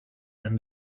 and